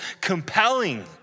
compelling